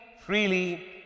freely